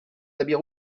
habits